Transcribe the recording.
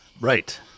Right